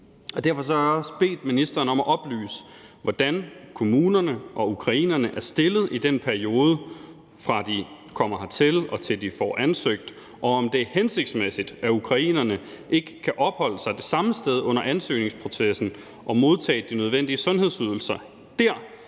Derfor har jeg også bedt ministeren om at oplyse, hvordan kommunerne og ukrainerne er stillet i den periode, fra de kommer hertil, og til de får ansøgt, og om det er hensigtsmæssigt, at ukrainerne ikke kan opholde sig det samme sted under ansøgningsprocessen og modtage de nødvendige sundhedsydelser dér